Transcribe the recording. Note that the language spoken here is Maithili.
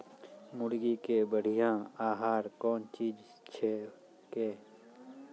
मुर्गी के बढ़िया आहार कौन चीज छै के?